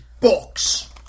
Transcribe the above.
box